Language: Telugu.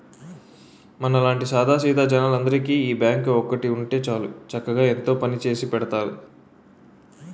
మనలాంటి సాదా సీదా జనాలందరికీ ఈ బాంకు ఒక్కటి ఉంటే చాలు చక్కగా ఎంతో పనిచేసి పెడతాంది